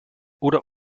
oder